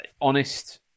Honest